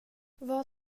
vad